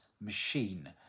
machine